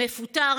מפוטר,